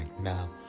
now